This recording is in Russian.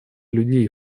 людей